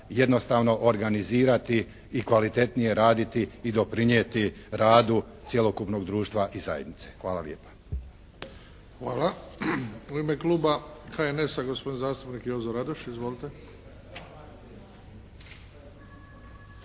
jednostavno organizirati i kvalitetnije raditi i doprinijeti radu cjelokupnog društva i zajednice. Hvala lijepa. **Bebić, Luka (HDZ)** Hvala. U ime kluba HNS-a, gospodin zastupnik Jozo Radoš. Izvolite!